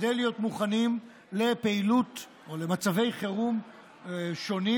כדי להיות מוכנים לפעילות או למצבי חירום שונים.